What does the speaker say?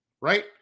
right